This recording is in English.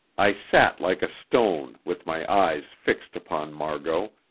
i sat like a stone, with my eyes fixed upon margot,